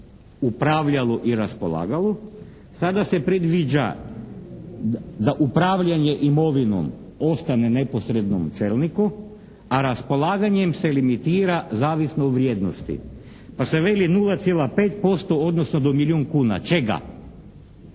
Upravljalo i raspolagalo. Sada se predviđa da upravljanje imovinom ostane neposrednom čelniku a raspolaganjem se limitira zavisno od vrijednosti, pa se veli 0,5% odnosno do milijun kuna. Čega?